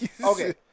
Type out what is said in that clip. Okay